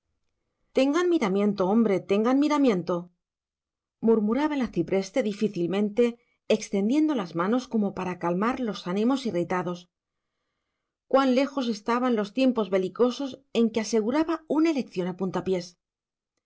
tengan miramiento hombre tengan miramiento murmuraba el arcipreste difícilmente extendiendo las manos como para calmar los ánimos irritados cuán lejos estaban los tiempos belicosos en que aseguraba una elección a puntapiés